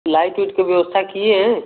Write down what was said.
light विट के व्यवस्था किए हैं